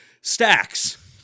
Stacks